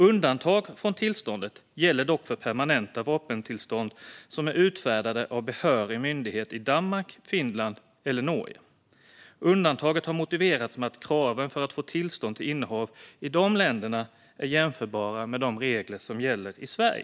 Undantag från tillståndet gäller dock för permanenta vapentillstånd som är utfärdade av behörig myndighet i Danmark, Finland eller Norge. Undantaget har motiverats med att kraven för att få tillstånd till innehav i de länderna är jämförbara med de regler som gäller i Sverige.